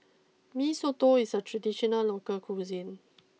Mee Soto is a traditional local cuisine